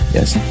Yes